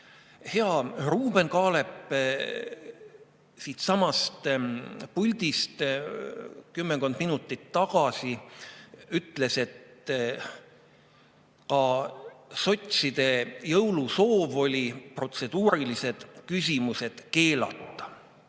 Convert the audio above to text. Hea Ruuben Kaalep siitsamast puldist kümmekond minutit tagasi ütles, et sotside jõulusoov oli protseduurilised küsimused keelata.